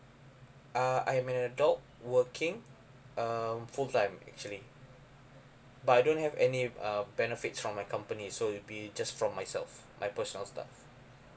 uh I'm an adult working uh full time actually but I don't have any uh benefits from my company so will be just from myself my personal stuff